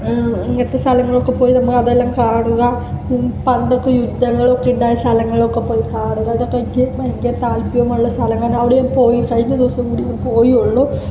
ഇങ്ങനത്തെ സ്ഥലങ്ങളിലൊക്കെ പോയി നമ്മൾ അതെല്ലാം കാണുക പണ്ടത്തെ യുദ്ധങ്ങൾ ഒക്കെയുണ്ടായ സ്ഥലങ്ങളൊക്കെ പോയി കാണുക ഇതൊക്കെ എനിക്ക് ഭയങ്കരമായ താൽപ്പര്യമുള്ള സ്ഥലങ്ങളാണ് അവിടെ പോയി കഴിഞ്ഞ ദിവസം കൂടി ഞാൻ പോയെ ഉള്ളു